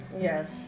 Yes